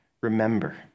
remember